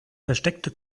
versteckte